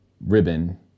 ribbon